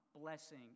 blessing